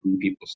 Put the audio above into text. people